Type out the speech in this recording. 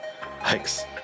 hikes